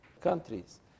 countries